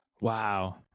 Wow